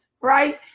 right